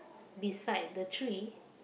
beside the tree